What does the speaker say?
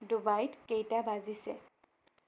ডুবাইত কেইটা বাজিছে